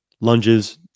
lunges